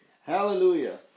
Hallelujah